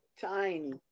tiny